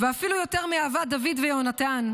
אפילו יותר מאהבת דוד ויהונתן,